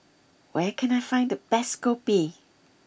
where can I find the best Kopi